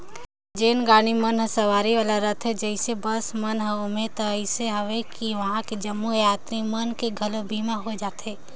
जेन गाड़ी मन हर सवारी वाला रथे जइसे बस मन हर ओम्हें तो अइसे अवे कि वंहा के जम्मो यातरी मन के घलो बीमा होय जाथे